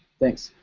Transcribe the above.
thanks.